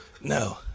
No